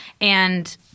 And-